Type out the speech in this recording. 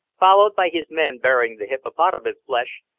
followed by his men bearing the hippopotamus-flesh,